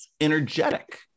energetic